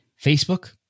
Facebook